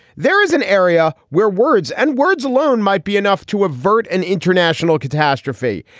there is an area where words and words alone might be enough to avert an international catastrophe.